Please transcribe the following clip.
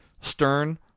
Stern